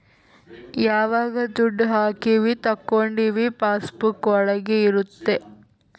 ಯಾವಾಗ ದುಡ್ಡು ಹಾಕೀವಿ ತಕ್ಕೊಂಡಿವಿ ಪಾಸ್ ಬುಕ್ ಒಳಗ ಇರುತ್ತೆ